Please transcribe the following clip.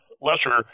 lesser